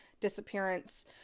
disappearance